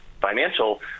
financial